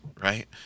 right